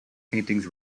paintings